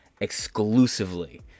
exclusively